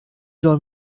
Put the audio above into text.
soll